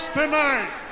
tonight